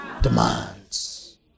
demands